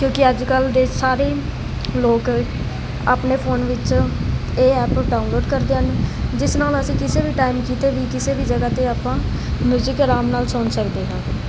ਕਿਉਂਕਿ ਅੱਜ ਕੱਲ ਦੇ ਸਾਰੇ ਲੋਕ ਆਪਣੇ ਫੋਨ ਵਿੱਚ ਇਹ ਐਪ ਡਾਊਨਲੋਡ ਕਰਦੇ ਹਨ ਜਿਸ ਨਾਲ ਅਸੀਂ ਕਿਸੇ ਵੀ ਟਾਈਮ ਕੀਤੇ ਵੀ ਕਿਸੇ ਵੀ ਜਗ੍ਹਾ ਤੇ ਆਪਾਂ ਮਿਊਜਿਕ ਆਰਾਮ ਨਾਲ ਸੁਣ ਸਕਦੇ ਹਾਂ